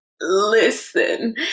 listen